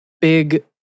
big